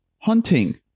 Hunting